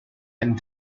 and